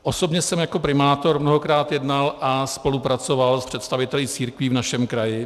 Osobně jsem jako primátor mnohokrát jednal a spolupracoval s představiteli církví v našem kraji.